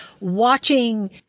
watching